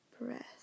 breath